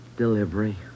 Delivery